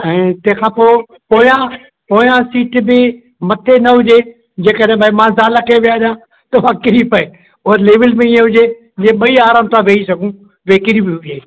ऐं तंहिंखा पोइ पोयां पोयां सीट बि मथे न हुजे जे करे भई मां ज़ाल खे वेहारियां थो मां किरी पए उहो लेवल में इएं हुजे कि ॿई आराम सां वेही सघूं की वेकिरी बि हुजे